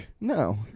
no